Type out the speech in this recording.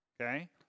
okay